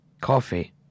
coffee